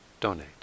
donate